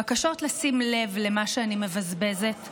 בקשות 'לשים לב' למה שאני מבזבזת,